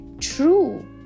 true